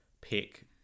pick